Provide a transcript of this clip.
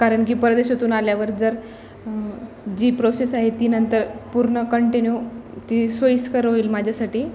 कारण की परदेशातून आल्यावर जर जी प्रोसेस आहे ती नंतर पूर्ण कंटिन्यू ती सोयीस्कर होईल माझ्यासाठी